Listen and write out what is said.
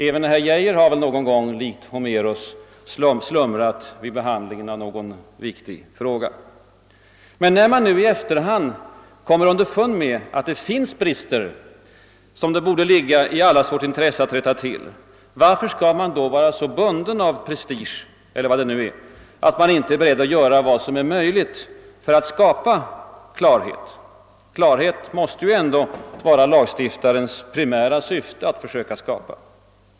Även herr Geijer har väl någon gång likt Homeros slumrat vid behandlingen av någon viktig fråga. Men när man nu i efterhand kommer underfund med att det finns brister som det borde ligga i allas vårt intresse att rätta till, varför skall man då vara så bunden av prestige — eller vad det nu är — att man inte är beredd att göra vad som är möjligt för att skapa klarhet, den klarhet som ändå måste vara en lagstiftares primära syfte att skapa.